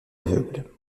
aveugle